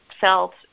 felt